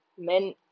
men